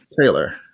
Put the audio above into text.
Taylor